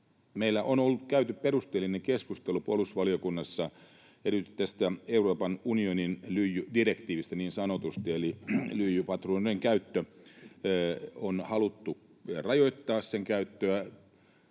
Meillä on käyty perusteellinen keskustelu puolustusvaliokunnassa erityisesti tästä Euroopan unionin niin sanotusta lyijydirektiivistä. Eli lyijypatruunoiden käyttöä on haluttu rajoittaa, tietäen